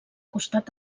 costat